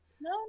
no